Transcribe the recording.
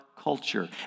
culture